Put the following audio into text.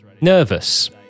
Nervous